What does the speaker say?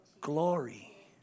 glory